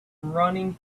running